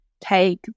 take